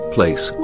Place